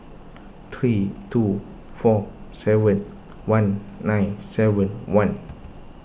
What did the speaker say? three two four seven one nine seven one